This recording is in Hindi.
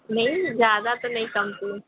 नहीं ज़्यादा तो नहीं कम किए